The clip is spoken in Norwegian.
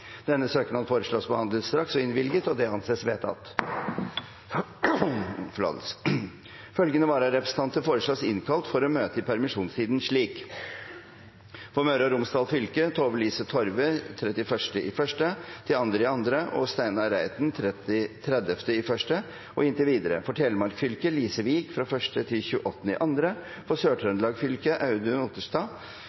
Følgende vararepresentanter innkalles for å møte i permisjonstiden: For Møre og Romsdal fylke: Tove-Lise Torve fra 31. januar–2. februar og Steinar Reiten fra 30. januar og inntil videre For Telemark fylke: Lise Wiik, fra 1. februar–28. februar For